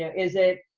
is it,